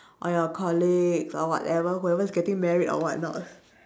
or your colleagues or what ever who ever is getting married or what not